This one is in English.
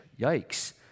Yikes